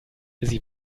sie